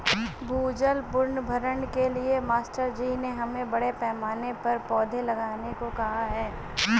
भूजल पुनर्भरण के लिए मास्टर जी ने हमें बड़े पैमाने पर पौधे लगाने को कहा है